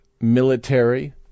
military